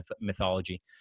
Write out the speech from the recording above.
mythology